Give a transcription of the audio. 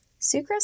Sucrose